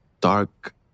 dark